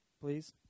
Please